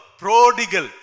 prodigal